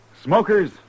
Smokers